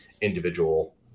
individual